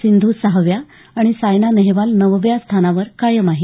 सिंधू सहाव्या आणि सायना नेहवाल नवव्या स्थानावर कायम आहेत